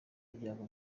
ibyago